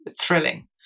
thrilling